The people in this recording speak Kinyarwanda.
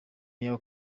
mayor